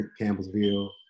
Campbellsville